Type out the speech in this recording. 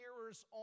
hearers